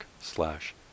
slash